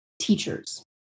teachers